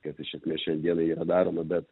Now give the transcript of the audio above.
kas iš esmės šiandieną yra daroma bet